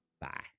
Bye